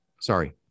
Sorry